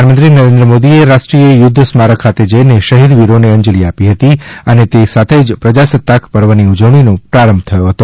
પ્રધાનમંત્રી નરેન્દ્ર મોદીએ રાષ્ટ્રીય યુધ્ધ સ્મારક ખાતે જઇને શહિદ વિરોને અંજલી આપી હતી ૈ ને તે સાથે જ પ્રજાસત્તાક પર્વની ઉજવણીનો આરંભ થયો હતો